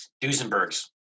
Duesenberg's